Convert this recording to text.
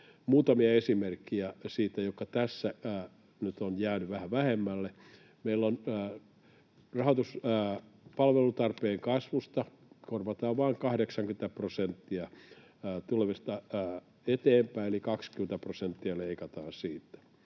Muutamia esimerkkejä tästä rahoituksesta, mitkä tässä nyt ovat jääneet vähän vähemmälle: Palvelutarpeen kasvusta korvataan vain 80 prosenttia tulevista eteenpäin, eli 20 prosenttia leikataan siitä.